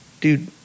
dude